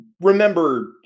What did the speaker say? remember